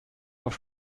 auf